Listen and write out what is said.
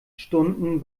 stunden